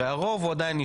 הרי הרוב הוא עדיין נשאר,